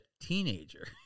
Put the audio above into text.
teenager